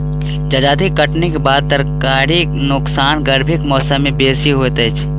जजाति कटनीक बाद तरकारीक नोकसान गर्मीक मौसम मे बेसी होइत अछि